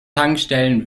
tankstellen